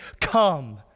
come